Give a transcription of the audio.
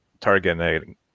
targeting